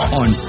on